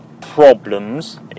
problems